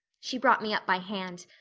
she brought me up by hand.